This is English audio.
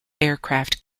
aircraft